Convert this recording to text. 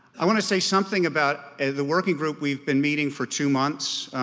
i want to say something about the working group. we've been meeting for two months,